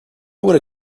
would